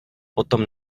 potom